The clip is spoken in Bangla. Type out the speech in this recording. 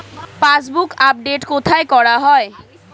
পাসবুক আপডেট কোথায় করা হয়?